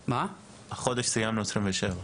החודש ציינו 27 מטופלים.